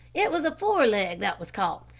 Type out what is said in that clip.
it was a foreleg that was caught,